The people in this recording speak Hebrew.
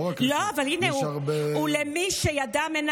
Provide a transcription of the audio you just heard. אבל הינה, "מי שידם אינה